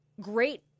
great